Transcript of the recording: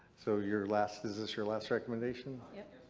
so your last. is this your last recommendation? yep.